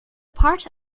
part